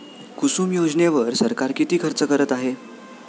कुसुम योजनेवर सरकार किती खर्च करत आहे?